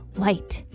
white